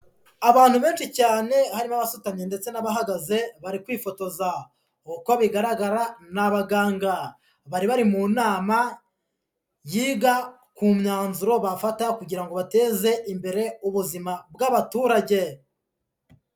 abantu benshi cyane harimo abasutamye ndetse n'abahagaze, bari kwifotoza uko bigaragara n'abaganga bari bari mu nama yiga ku myanzuro bafata kugira ngo bateze imbere ubuzima bw'abaturage.